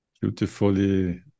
Beautifully